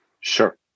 Sure